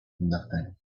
nothing